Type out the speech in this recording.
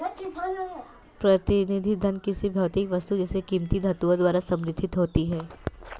प्रतिनिधि धन किसी भौतिक वस्तु जैसे कीमती धातुओं द्वारा समर्थित होती है